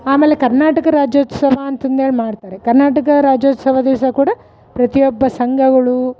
ಆಮೇಲೆ ಕರ್ನಾಟಕ ರಾಜ್ಯೋತ್ಸವ ಅಂತಂದೇಳಿ ಮಾಡ್ತಾರೆ ಕರ್ನಾಟಕ ರಾಜ್ಯೋತ್ಸವ ದಿವಸ ಕೂಡ ಪ್ರತಿಯೊಬ್ಬ ಸಂಘಗಳೂ